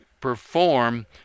perform